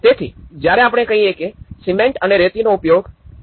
તેથી જ્યારે આપણે કહીએ કે સિમેન્ટ અને રેતીનો ઉપયોગ ૧